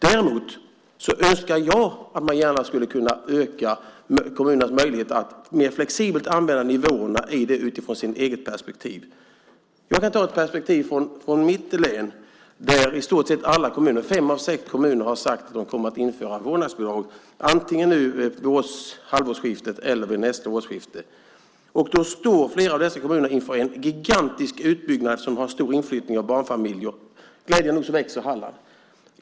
Däremot önskar jag att man skulle kunna öka kommunernas möjlighet att mer flexibelt använda nivåerna i detta utifrån sitt eget perspektiv. Jag kan ta upp ett perspektiv från mitt län där i stort sett alla kommuner, fem av sex, har sagt att de kommer att införa vårdnadsbidrag antingen vid halvårsskiftet eller vid nästa årsskifte. Flera av dessa kommuner står inför en gigantisk utbyggnad. De har en stor inflyttning av barnfamiljer - glädjande nog växer Halland.